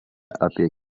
apie